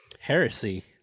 Heresy